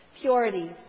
Purity